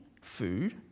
food